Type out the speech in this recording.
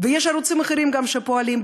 ויש ערוצים אחרים גם שפועלים,